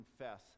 confess